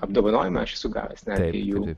apdovanojimą aš esu gavęs netgi jų